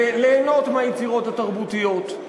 ליהנות מהיצירות התרבותיות.